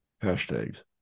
hashtags